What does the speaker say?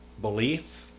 belief